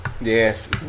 Yes